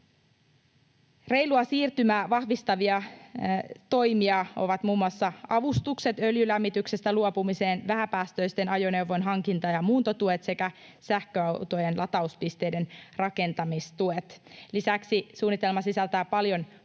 Reilua siirtymää vahvistavia toimia ovat muun muassa avustukset öljylämmityksestä luopumiseen, vähäpäästöisten ajoneuvojen hankinta- ja muuntotuet sekä sähköautojen latauspisteiden rakentamistuet. Lisäksi suunnitelma sisältää paljon